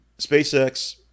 SpaceX